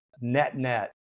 net-net